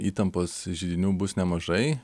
įtampos židinių bus nemažai